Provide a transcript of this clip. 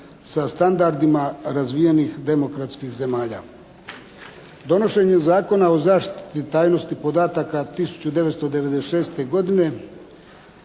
sa standardima razvijenih demokratskih zemalja. Donošenjem Zakona o zaštiti tajnosti podataka 1996. godine